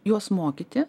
juos mokyti